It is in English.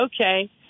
okay